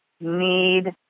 need